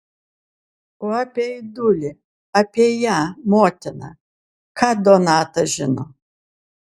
o apie aidulį apie ją motiną ką donata žino